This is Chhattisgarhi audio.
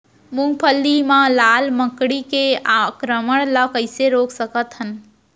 मूंगफली मा लाल मकड़ी के आक्रमण ला कइसे रोक सकत हन?